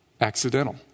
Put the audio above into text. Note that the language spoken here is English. Accidental